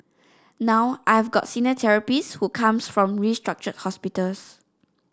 now I've got senior therapist who come from restructured hospitals